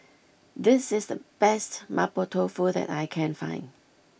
this is the best Mapo Tofu that I can find